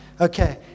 Okay